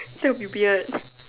that would be weird